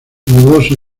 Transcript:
dudoso